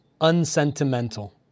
unsentimental